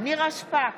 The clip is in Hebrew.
נירה שפק,